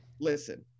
listen